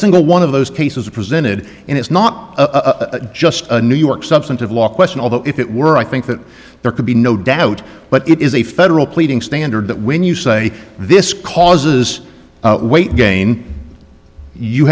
single one of those cases are presented and it's not just a new york substantive law question although if it were i think that there could be no doubt but it is a federal pleading standard that when you say this causes weight gain you